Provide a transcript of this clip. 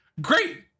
great